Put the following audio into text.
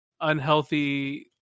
unhealthy